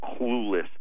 clueless